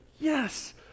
Yes